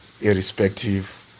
irrespective